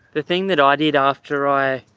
the thing that i did after i